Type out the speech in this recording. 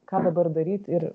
ką dabar daryt ir